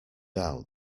out